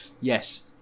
yes